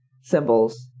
symbols